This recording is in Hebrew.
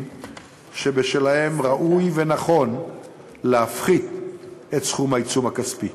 שבשלהם ראוי ונכון להפחית את סכום העיצום הכספי.